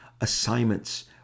assignments